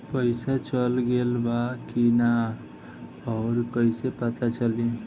पइसा चल गेलऽ बा कि न और कइसे पता चलि?